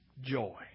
joy